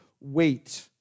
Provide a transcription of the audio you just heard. wait